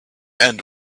end